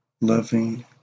loving